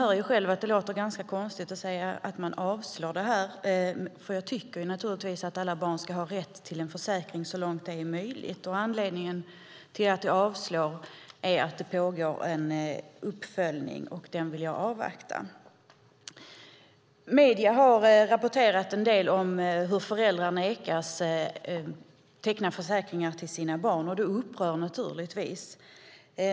Jag hör själv att det låter konstigt att jag vill avslå den, för jag tycker naturligtvis att alla barn ska ha rätt till en försäkring så långt det är möjligt. Anledningen till att jag vill avslå den är att det pågår en uppföljning som jag vill avvakta. Medierna har rapporterat en del om hur föräldrar nekats teckna försäkringar för sina barn, och det upprör naturligtvis.